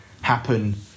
happen